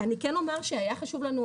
אני כן אומר שהיה חשוב לנו,